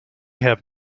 have